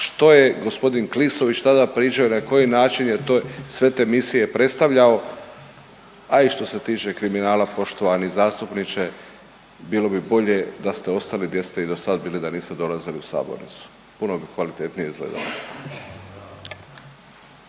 što je g. Klisović tada pričao i na koji način je to, sve te misije predstavljao, a i što se tiče kriminala poštovani zastupniče bilo bi bolje da ste ostali gdje ste i dosad bili da niste dolazili u sabornicu, puno bi kvalitetnije izgledalo.